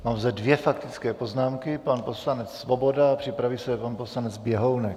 Mám zde dvě faktické poznámky pan poslanec Svoboda a připraví se pan poslanec Běhounek.